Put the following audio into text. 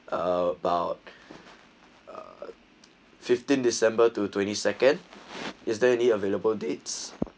about a fifteen december to twenty second is there any available dates